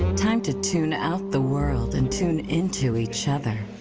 time to tune out the world and tune into each other.